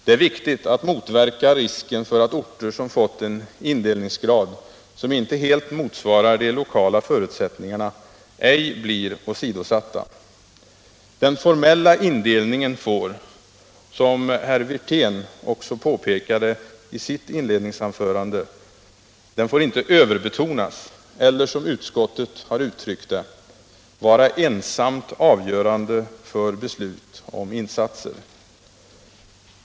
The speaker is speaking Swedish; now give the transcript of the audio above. Det är viktigt att motverka risken för att orter som fått en indelningsgrad som inte helt motsvarar de lokala förutsättningarna blir åsidosatta. Den formella indelningen får. som herr Wirtén också påpekade i sitt inledningsanförande, inte överbetonas eller — som utskottet uttrycker det — vara ensam avgörande för beslut om insatser.